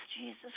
Jesus